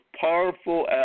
powerful